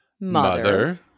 Mother